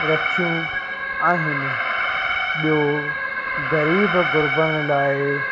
रखियूं आहिनि ॿियों ग़रीबु गुरबण लाइ